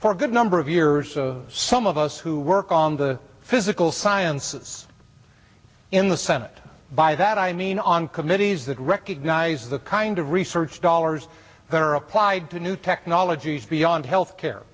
a good number of years some of us who work on the physical sciences in the senate by that i mean on committees that recognize the kind of research dollars that are applied to new technologies beyond health care